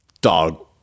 Dog